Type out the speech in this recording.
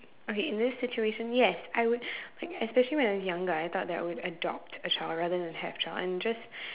okay in this situation yes I would like especially when I was younger I thought that I would adopt a child rather than have child and just